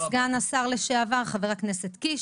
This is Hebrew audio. תודה רבה, סגן השר לשעבר, חבר הכנסת קיש.